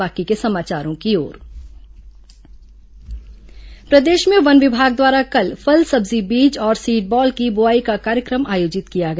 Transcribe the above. one विभाग seed ball प्रदेश में वन विभाग द्वारा कल फल सब्जी बीज और सीड बॉल की बोआई का कार्यक्रम आयोजित किया गया